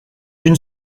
une